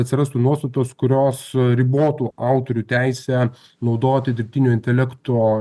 atsirastų nuostatos kurios ribotų autorių teisę naudoti dirbtinio intelekto